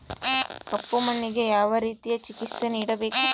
ಕಪ್ಪು ಮಣ್ಣಿಗೆ ಯಾವ ರೇತಿಯ ಚಿಕಿತ್ಸೆ ನೇಡಬೇಕು?